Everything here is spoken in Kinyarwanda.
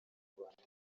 rwanda